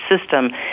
system